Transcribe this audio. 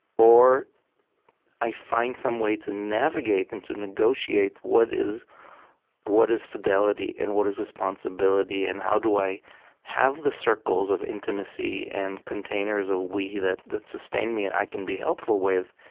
or i find some way to navigate and to negotiate what is what is fidelity and what is responsibility and how do i have the circles of intimacy and containers of we that that sustain me and i can be helpful with.